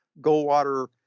Goldwater